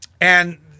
And-